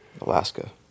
Alaska